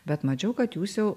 bet mačiau kad jūs jau